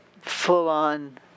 full-on